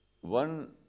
One